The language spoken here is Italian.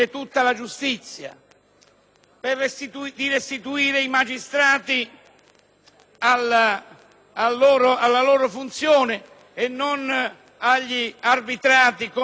alla loro funzione e non agli arbitrati, mentre questa maggioranza continua, di rinvio in rinvio, a sottrarli.